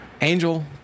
Angel